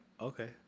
okay